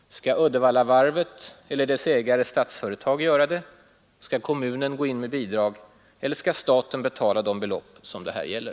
Skall Uddevallavarvet eller dess ägare Statsföretag göra det? Skall kommunen gå in med bidrag? Eller skall staten betala de belopp som det här gäller?